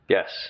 Yes